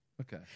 Okay